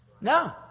No